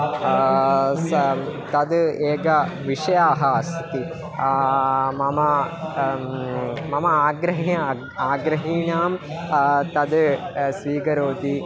तत् एकं विषयाः अस्ति मम मम आग्रहे आग्रहीणां तत् स्वीकरोति